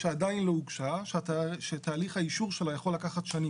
שעדיין לא הוגשה שתהליך האישור שלה יכול לקחת שנים.